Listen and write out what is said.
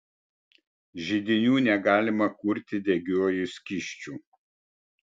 židinių negalima kurti degiuoju skysčiu